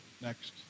Next